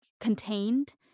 contained